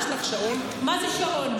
מה זה שעון?